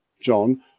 John